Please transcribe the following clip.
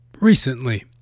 recently